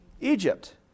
Egypt